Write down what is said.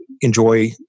enjoy